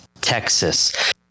Texas